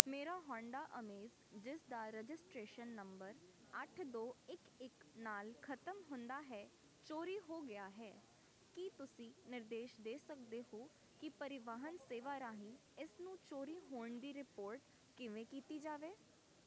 ਮੇਰਾ Honda Amaze ਜਿਸ ਦਾ ਰਜਿਸਟ੍ਰੇਸ਼ਨ ਨੰਬਰ ਅੱਠ ਦੋ ਇੱਕ ਇੱਕ ਨਾਲ ਖਤਮ ਹੁੰਦਾ ਹੈ ਚੋਰੀ ਹੋ ਗਿਆ ਹੈ ਕੀ ਤੁਸੀਂ ਨਿਰਦੇਸ਼ ਦੇ ਸਕਦੇ ਹੋ ਕਿ ਪਰਿਵਾਹਨ ਸੇਵਾ ਰਾਹੀਂ ਇਸ ਨੂੰ ਚੋਰੀ ਹੋਣ ਦੀ ਰਿਪੋਰਟ ਕਿਵੇਂ ਕੀਤੀ ਜਾਵੇ